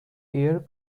air